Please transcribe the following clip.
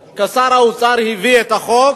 כשר האוצר, היה מי שהביא את החוק.